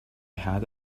had